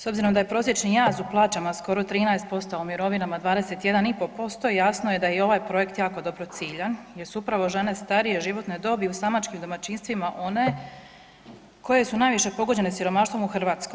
S obzirom da je prosječni jaz u plaćama skoro 13%, u mirovinama 21,5%, jasno je da je i ovaj projekt jako dobro ciljan jer su upravo žene starije životne dobi u samačkim domaćinstvima one koje su najviše pogođene siromaštvom u Hrvatskoj.